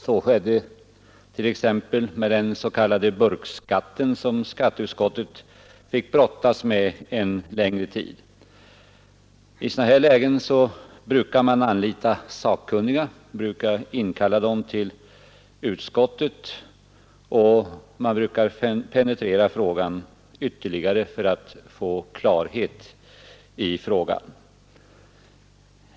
Så skedde t.ex. med den s.k. burkskatten som skatteutskottet fick brottas med en längre tid. I sådana lägen brukar man inkalla sakkunniga till utskottet och penetrera frågan ytterligare för att få klarhet.